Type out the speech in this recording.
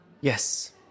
Yes